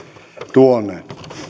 tuoneet